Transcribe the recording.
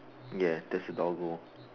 ya there is a doggo